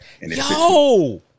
Yo